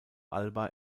alba